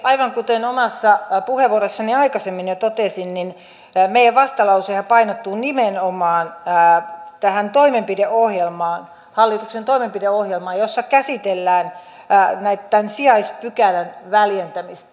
aivan kuten omassa puheenvuorossani aikaisemmin jo totesin meidän vastalauseemmehan painottuu nimenomaan tähän toimenpideohjelmaan hallituksen toimenpideohjelmaan jossa käsitellään tämän sijaispykälän väljentämistä